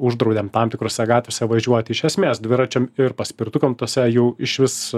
uždraudėm tam tikrose gatvėse važiuoti iš esmės dviračiam ir paspirtukam tose jau išvis